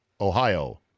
Ohio